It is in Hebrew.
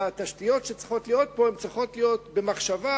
התשתיות שצריכות להיות פה צריכות להיות במחשבה